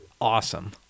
awesome